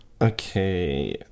Okay